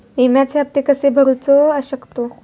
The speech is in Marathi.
विम्याचे हप्ते कसे भरूचो शकतो?